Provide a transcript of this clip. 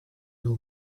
know